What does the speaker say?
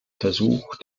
versuch